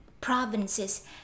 provinces